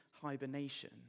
hibernation